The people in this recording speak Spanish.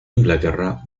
inglaterra